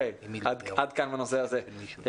עד כאן בנושא הזה.